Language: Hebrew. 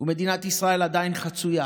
ומדינת ישראל עדיין חצויה